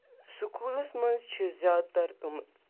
سکوٗلَس منٛز چھِ زیادٕ تر تِم